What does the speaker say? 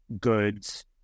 goods